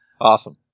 Awesome